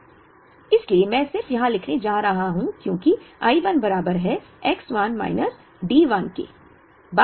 इसलिए मैं सिर्फ यहाँ लिखने जा रहा हूं क्योंकि I 1 बराबर है X 1 माइनस D 1 के